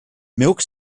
milk